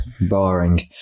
Boring